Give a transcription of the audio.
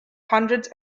hundreds